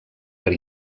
per